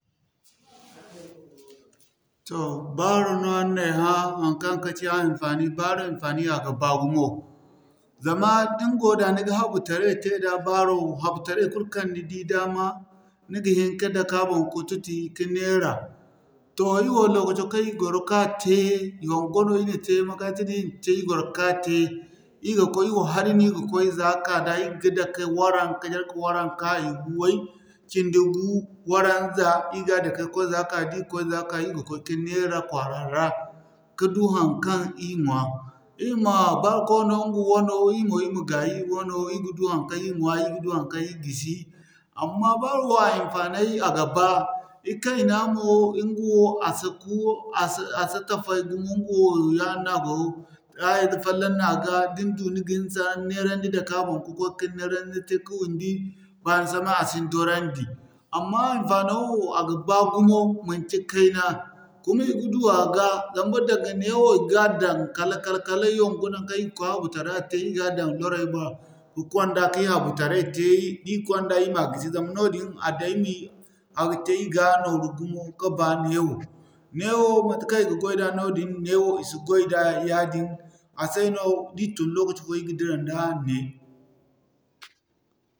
Toh baro no araŋ na ay hã haŋkaŋ ka ci a hinfaani, baro hinfaani a ga baa gumo. Zama din go da ni ga habu taray tey da baro habu taray kul kaŋ ni di dama ni ga hin ka dake a boŋ ka tuti ka neera. Toh ir wo lokaco kaŋ ir gwaro ka tey yongo no ir na tey makaranta no ir na te ir gwaro ka tey ir ga koy ir wo hari no ir ga koy za ka da ir ga dake waranka, jarka waranka. Iway cindi-gu, waranza, ir ga dake ka koy za ka da ir koy za ka ir ga koy ka neera kwaara ra ka du haŋkaŋ ir ɲwa. Ir ma baro kawo no ɲga wano ir mo ir ma gayi ir wano ir ga du haŋkaŋ ɲwa ir ga du haŋkaŋ ir gisi. Amma baro wo a hinfaanay a ga ba, ikayna mo ɲga wo a si ku a si tafay gumo ɲga wo ya ni ago taya ize fallaŋ no a ga. Din du ni ga ni beerandi dake a boŋ ka'koy ka ni neerandi tey ka wundi baani samay a si ni dorandi. Amma hinfaano wo a ga baa gumo manci kayna kuma i ga du a ga zama daga neewo i ga daŋ kala-kala kala yongo naŋkaŋ ir ga koy habu tara tey ir ga daŋ loray boŋ ka konda ka ir habu taray tey i konda ir ma gisi. Zama noodin a daymi a ga tey ir ga nooru gumo ka ba neewo. Neewo wo matekaŋ i ga goy da noodin neewo i si goy da yaadin a se no da ir tun lokaci fooyaŋ ir ga di nda ne.